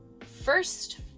first